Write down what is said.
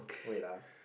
wait ah